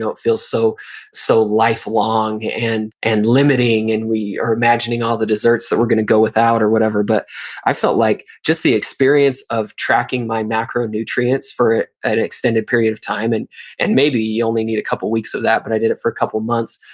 it feels so so lifelong and and limiting, and we are imagining all the desserts that we're going to go without or whatever. but i felt like just the experience of tracking my macronutrients for an extended period of time and and maybe you only need a couple weeks of that, but i did it for a couple months.